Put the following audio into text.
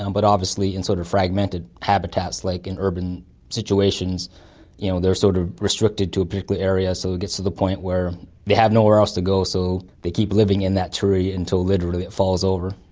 um but obviously in sort of fragmented habitats like in urban situations you know they are sort of restricted to a particular area. so it gets to the point where they have nowhere else to go, so they keep living in that tree until it literally it falls over.